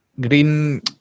Green